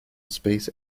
space